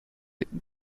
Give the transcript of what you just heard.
act